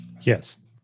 Yes